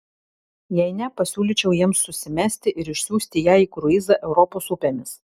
jei ne pasiūlyčiau jiems susimesti ir išsiųsti ją į kruizą europos upėmis